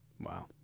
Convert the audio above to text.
Wow